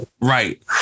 right